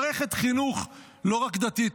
מערכת חינוך לא רק דתית,